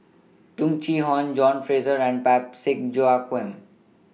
Tung Chye Hong John Fraser and Parsick Joaquim